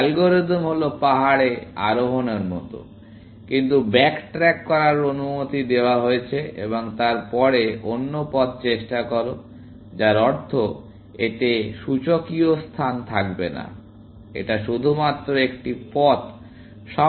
algorithm হল পাহাড়ে আরোহণের মতো কিন্তু ব্যাক ট্র্যাক করার অনুমতি দেওয়া হয়েছে এবং তারপরে অন্য পথ চেষ্টা করো যার অর্থ এতে সূচকীয় স্থান থাকবে না এটা শুধুমাত্র একটি পথ সবসময় প্রধান উপায় থাকবে